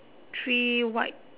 three white